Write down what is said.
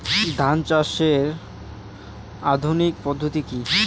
ধান চাষের আধুনিক পদ্ধতি কি?